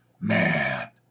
Man